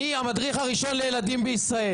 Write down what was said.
אני המדריך הראשון לילדים בישראל.